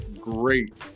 great